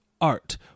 art